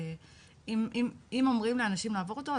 שאם אומרים לאנשים לעבור אותו,